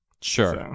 Sure